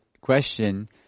question